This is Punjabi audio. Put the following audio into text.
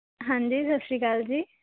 ਹਾਂਜੀ ਸਤਿ ਸ਼੍ਰੀ ਅਕਾਲ ਜੀ